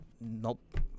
Nope